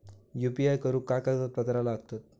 UPI करुक काय कागदपत्रा लागतत?